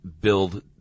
build